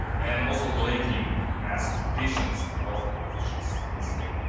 and also donating masks to patients and health officials in spain.